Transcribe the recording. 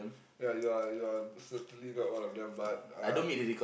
ya you are you are certainly not one of them but uh